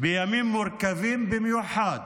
בימים מורכבים במיוחד,